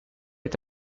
est